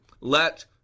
Let